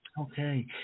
Okay